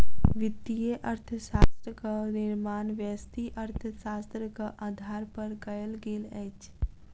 वित्तीय अर्थशास्त्रक निर्माण व्यष्टि अर्थशास्त्रक आधार पर कयल गेल अछि